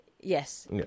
Yes